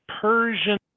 Persian